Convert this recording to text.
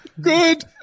Good